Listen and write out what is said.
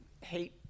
hate